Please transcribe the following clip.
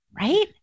right